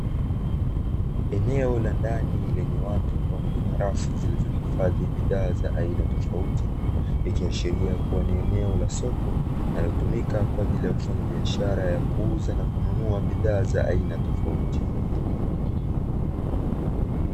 Eneo la ndani lenye watu pamoja na rafu Ilizohifadhi bidhaa za aina tofauti, likiashiria kuwa ni eneo la soko linalotumika kwa ajili ya kufanya biashara ya kuuza na kununua bidhaa za aina tofauti.